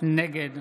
נגד